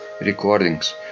recordings